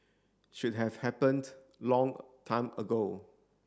should have happened long time ago